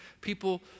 people